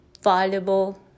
valuable